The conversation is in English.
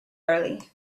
early